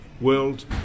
world